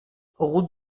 route